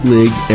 League